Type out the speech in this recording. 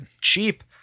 cheap